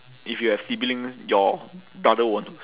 if you have siblings your brother won't